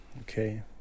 okay